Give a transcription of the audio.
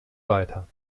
weiter